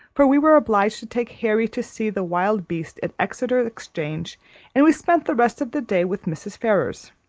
for we were obliged to take harry to see the wild beasts at exeter exchange and we spent the rest of the day with mrs. ferrars.